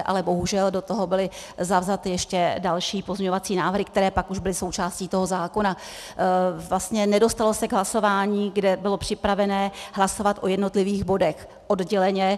Ale bohužel do toho byl zavzaty ještě další pozměňovací návrhy, které pak už byly součástí toho zákona, nedostalo se k hlasování, kde bylo připravené hlasovat o jednotlivých bodech odděleně.